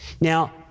Now